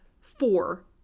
four